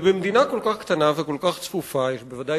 במדינה כל כך קטנה וכל כך צפופה יש ודאי